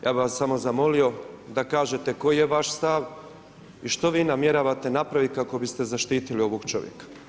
Ja bih vas samo zamolio da kažete koji je vaš stav i što vi namjeravate napraviti kako biste zaštitili ovog čovjeka?